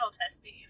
testing